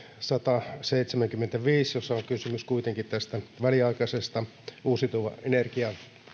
sataseitsemänkymmentäviisi jossa on kysymys kuitenkin tästä väliaikaisesta uusiutuvan energian